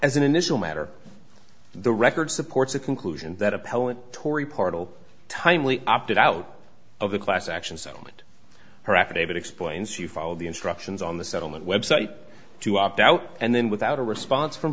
as an initial matter the record supports the conclusion that appellant tory party timely opted out of the class action settlement her affidavit explains you followed the instructions on the settlement website to opt out and then without a response from